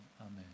Amen